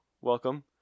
welcome